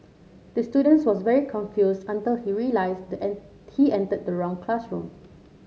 the student was very confused until he realised he entered the wrong classroom